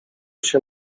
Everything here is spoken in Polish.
się